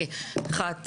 מי נגד?